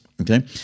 Okay